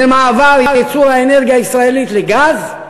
מעבר ייצור האנרגיה הישראלית לגז,